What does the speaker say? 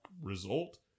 result